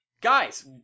guys